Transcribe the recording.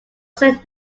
saint